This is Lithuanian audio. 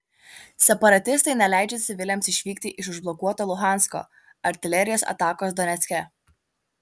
separatistai neleidžia civiliams išvykti iš užblokuoto luhansko artilerijos atakos donecke